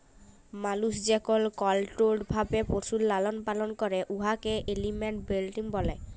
মালুস যেকল কলট্রোল্ড ভাবে পশুর লালল পালল ক্যরে উয়াকে এলিম্যাল ব্রিডিং ব্যলে